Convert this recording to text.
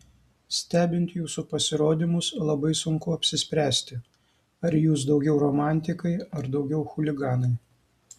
stebint jūsų pasirodymus labai sunku apsispręsti ar jūs daugiau romantikai ar daugiau chuliganai